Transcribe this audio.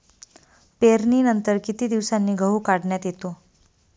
पेरणीनंतर किती दिवसांनी गहू काढण्यात येतो?